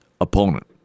opponent